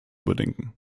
überdenken